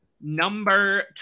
number